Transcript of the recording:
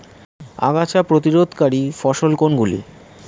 আগাছা প্রতিরোধকারী ফসল কোনগুলি?